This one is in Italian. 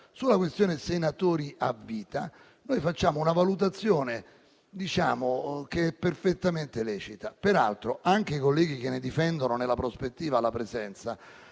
Sulla questione dei senatori a vita, noi facciamo una valutazione che è perfettamente lecita. Peraltro, anche i colleghi che ne difendono, nella prospettiva, la presenza,